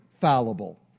fallible